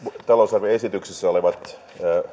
talousarvioesityksessä olevat